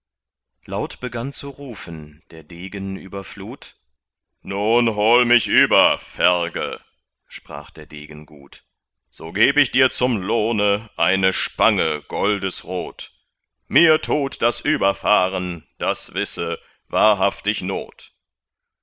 laut begann zu rufen der degen über flut nun hol mich über ferge sprach der degen gut so geb ich dir zum lohne eine spange goldesrot mir tut das überfahren das wisse wahrhaftig not